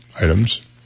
items